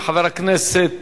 חבר הכנסת